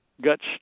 guts